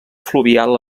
fluvial